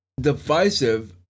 divisive